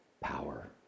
power